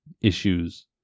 issues